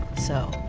so,